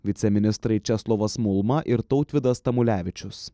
viceministrai česlovas mulma ir tautvydas tamulevičius